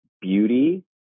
beauty